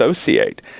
associate